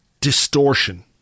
distortion